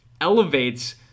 elevates